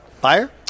Fire